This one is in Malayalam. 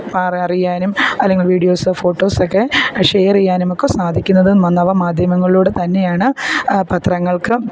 അറ അറിയാനും അല്ലെങ്കിൽ വീഡിയോസ് ഫോട്ടോസ് ഒക്കെ ഷെയർ ചെയ്യാനുമൊക്കെ സാധിക്കുന്നതും നവമാധ്യമങ്ങളിലൂടെ തന്നെയാണ് പത്രങ്ങൾക്കും